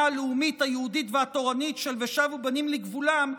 הלאומית היהודית והתורנית של "ושבו בנים לגבולם",